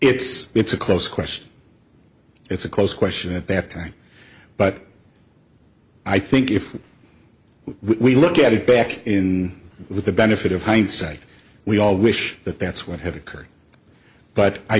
it's it's a close question it's a close question at that time but i think if we look at it back in with the benefit of hindsight we all wish that that's what had occurred but i